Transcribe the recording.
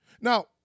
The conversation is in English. Now